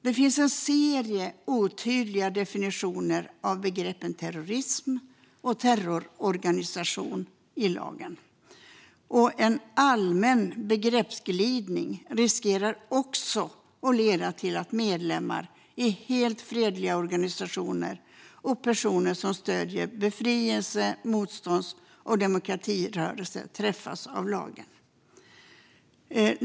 Det finns en serie otydliga definitioner av begreppen terrorism och terroristorganisation i lagen. En allmän begreppsglidning riskerar också att leda till att medlemmar i helt fredliga organisationer och personer som stöder befrielse-, motstånds eller demokratirörelser träffas av lagen.